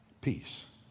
peace